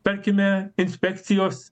tarkime inspekcijos